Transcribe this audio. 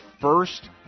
first